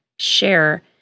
share